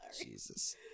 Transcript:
Jesus